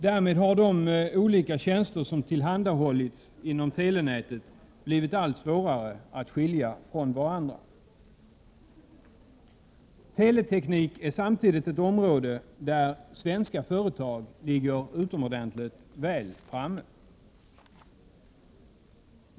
Därmed har de olika tjänster som tillhandahållits inom telenätet blivit allt svårare att skilja från varandra. Teleteknik är samtidigt ett område där svenska företag ligger utomordentligt väl ftamme.